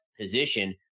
position